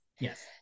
Yes